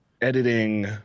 editing